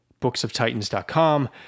booksoftitans.com